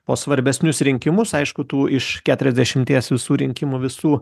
o svarbesnius rinkimus aišku tų iš keturiasdešimties visų rinkimų visų